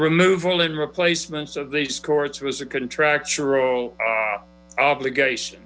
removal and replacement of these courts was a contractual obligation